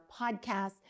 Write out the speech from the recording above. podcast